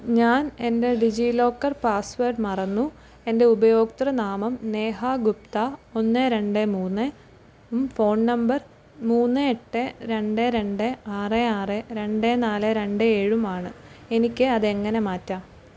ഞാൻ എൻ്റെ ഡിജിലോക്കർ പാസ്വേഡ് മറന്നു എൻ്റെ ഉപയോക്തൃനാമം നേഹ ഗുപ്ത ഒന്ന് രണ്ട് മൂന്നും ഫോൺ നമ്പർ മൂന്ന് എട്ട് രണ്ട് രണ്ട് ആറ് ആറ് രണ്ട് നാല് രണ്ട് എഴുമാണ് എനിക്ക് അത് എങ്ങനെ മാറ്റാം